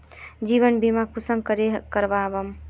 जीवन बीमा कुंसम करे करवाम?